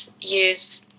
use